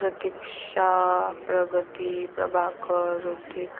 Pratiksha Pragati Prabhakar Hrithik